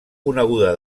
coneguda